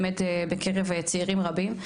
באמת בקרב צעירים רבים,